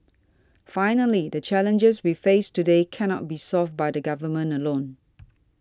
finally the challenges we face today cannot be solved by the Government alone